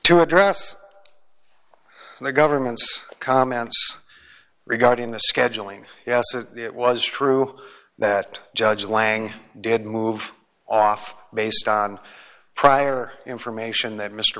to address the government's comments regarding the scheduling yes it was true that judge lang did move off based on prior information that mr